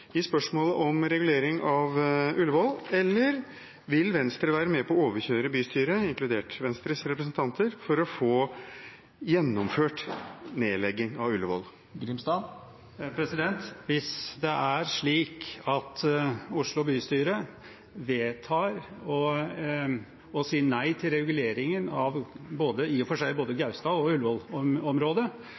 i spørsmålet om regulering av Ullevål, eller vil Venstre være med på å overkjøre bystyret, inkludert Venstres representanter, for å få gjennomført en nedlegging av Ullevål? Hvis Oslo bystyre vedtar å si nei til reguleringen av i og for seg både Gaustad- og